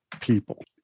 people